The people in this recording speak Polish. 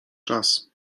czas